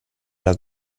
alla